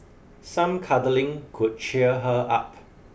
some cuddling could cheer her up